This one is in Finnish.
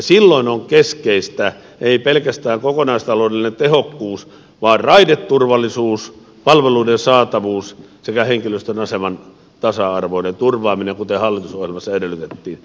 silloin on keskeistä ei pelkästään kokonaistaloudellinen tehokkuus vaan raideturvallisuus palveluiden saatavuus sekä henkilöstön aseman tasa arvoinen turvaaminen kuten hallitusohjelmassa edellytettiin